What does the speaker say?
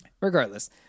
regardless